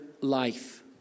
life